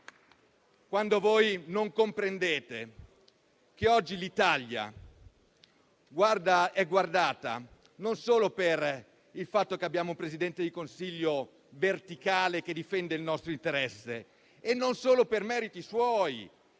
voi non comprendete che oggi l'Italia è guardata non solo per il fatto che abbiamo un Presidente di Consiglio verticale che difende il nostro interesse e non solo per meriti suoi.